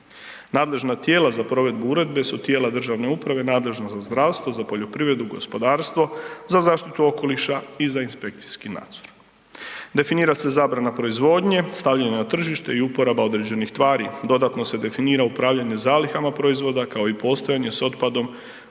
Nadležna tijela za provedbu uredbe su tijela državne uprave nadležna za zdravstvo, za poljoprivredu, gospodarstvo, za zaštitu okoliša i za inspekcijski nadzor. Definira se zabrana proizvodnje, stavljanje na tržište i uporaba određenih tvari. Dodatno se definira upravljanje zalihama proizvoda kao i postojane s otpadom,